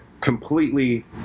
completely